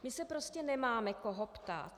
My se prostě nemáme koho ptát.